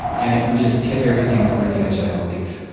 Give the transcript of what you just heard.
and it would just tip everything over the edge, i believe.